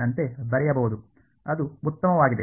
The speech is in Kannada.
ನಂತೆ ಬರೆಯಬಹುದು ಅದು ಉತ್ತಮವಾಗಿದೆ